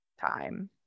time